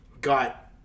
got